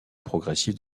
progressive